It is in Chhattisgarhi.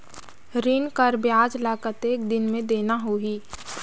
ऋण कर ब्याज ला कतेक दिन मे देना होही?